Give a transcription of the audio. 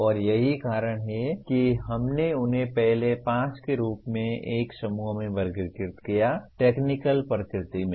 और यही कारण है कि हमने उन्हें पहले 5 के रूप में एक समूह में वर्गीकृत किया टेक्निकल प्रकृति में